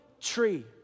tree